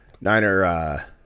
Niner